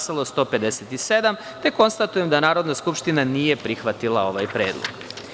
Konstatujem da Narodna skupština nije prihvatila ovaj predlog.